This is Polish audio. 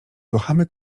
kochamy